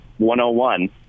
101